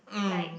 mm